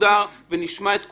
מסודר ונשמע את כולם.